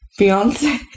Beyonce